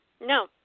No